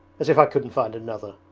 as if i couldn't find another